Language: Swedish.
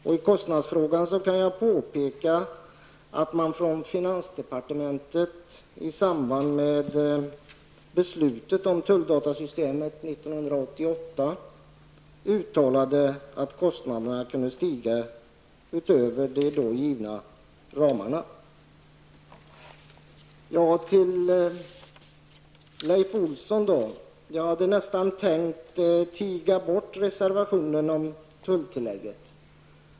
Jag kan också påpeka att man från finansdepartementet i samband med beslutet om tulldatasystemet 1988 uttalade att kostnaderna kunde stiga utöver de då givna ramarna. Till Leif Olsson vill jag säga att jag nästan hade tänkt tiga bort reservationen om tulltillägget.